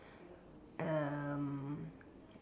um